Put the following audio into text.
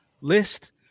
list